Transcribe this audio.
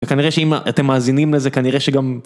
וכנראה שאם אתם מאזינים לזה, כנראה שגם...